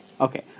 Okay